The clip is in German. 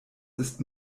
ist